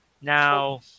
Now